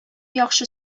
яхшы